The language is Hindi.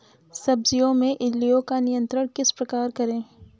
सब्जियों में इल्लियो का नियंत्रण किस प्रकार करें?